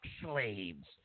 slaves